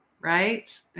right